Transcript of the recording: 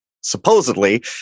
supposedly